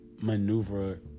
maneuver